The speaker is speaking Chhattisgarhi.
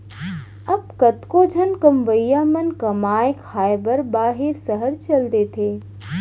अब कतको झन कमवइया मन कमाए खाए बर बाहिर सहर चल देथे